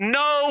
no